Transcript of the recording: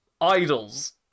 idols